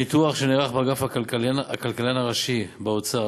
הניתוח שנערך באגף הכלכלן הראשי באוצר